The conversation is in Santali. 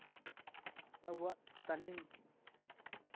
ᱟᱵᱚᱣᱟᱜ ᱛᱟᱹᱞᱤᱢ